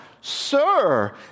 sir